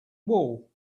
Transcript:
wall